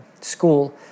school